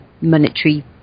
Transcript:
monetary